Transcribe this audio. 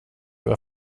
vad